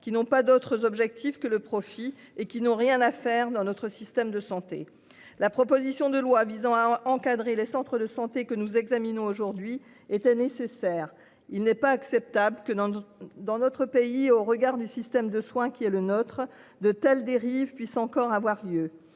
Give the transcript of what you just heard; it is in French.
qui n'ont pas d'autres objectifs que le profit et qui n'ont rien à faire dans notre système de santé. La proposition de loi visant à encadrer les centres de santé que nous examinons aujourd'hui était nécessaire, il n'est pas acceptable que dans, dans notre pays au regard du système de soins qui est le nôtre de telles dérives puisse encore avoir lieu.